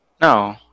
No